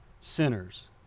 sinners